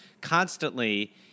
constantly